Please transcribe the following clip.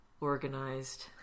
organized